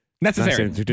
necessary